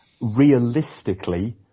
realistically